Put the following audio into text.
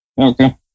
Okay